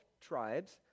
tribes